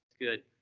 good